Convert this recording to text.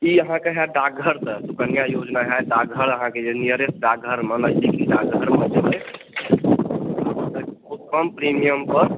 ई हैत अहाँके हैत डाकघरसॅं सुकन्या योजना हैत डाकघर अहाँकेॅं जे नीयरेस्ट डाकघरमे नज़दीकी डाकघरमे कम प्रीमीयम पर